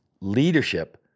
leadership